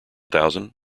thousand